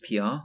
PR